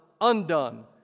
undone